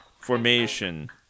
Formation